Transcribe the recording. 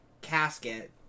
casket